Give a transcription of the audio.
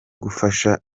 gufasha